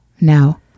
No